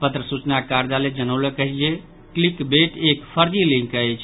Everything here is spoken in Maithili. पत्र सूचना कार्यालय जनौलक अछि जे क्लिकबेट एक फर्जी लिंक अछि